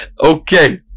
Okay